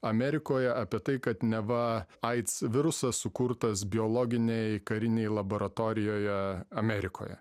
amerikoje apie tai kad neva aids virusas sukurtas biologinėj karinėj laboratorijoje amerikoje